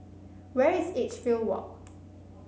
where is Edgefield Walk